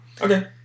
Okay